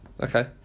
Okay